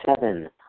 Seven